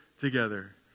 together